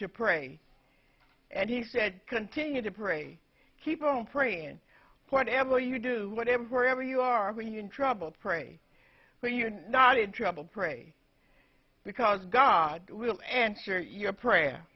to pray and he said continue to pray keep on praying whatever you do whatever ever you are when you're in trouble pray when you're not in trouble pray because god will answer your prayer